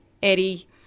Eddie